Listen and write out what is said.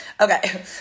Okay